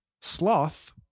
sloth